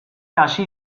hasi